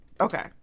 Okay